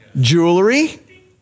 jewelry